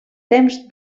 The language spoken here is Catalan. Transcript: temps